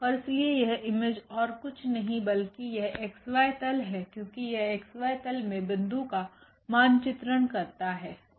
और इसलिए यह इमेज ओर कुछ नहीं बल्कि यह𝑥𝑦तल है क्योकि यह xy तल मे बिन्दु का मानचित्रण करता है